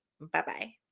bye-bye